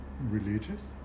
religious